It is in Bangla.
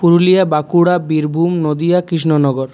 পুরুলিয়া বাঁকুড়া বীরভূম নদীয়া কৃষ্ণনগর